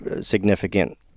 significant